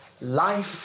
life